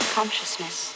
Consciousness